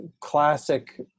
classic